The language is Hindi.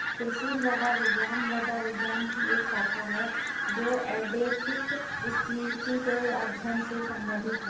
कृषि मृदा विज्ञान मृदा विज्ञान की एक शाखा है जो एडैफिक स्थिति के अध्ययन से संबंधित है